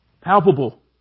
palpable